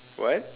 what